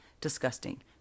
disgusting